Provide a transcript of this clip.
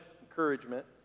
encouragement